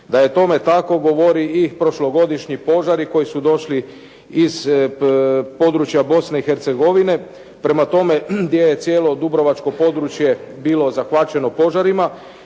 Da je tome tako govori i prošlogodišnji požari koji su došli iz područja Bosne i Hercegovine, prema tome gdje je cijelo dubrovačko područje bilo zahvaćeno požarima